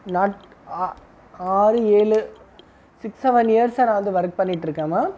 ஆறு ஏழு six seven இயர்ஸாக நான் வந்து ஒர்க் பண்ணிகிட்டு இருக்கேன் மா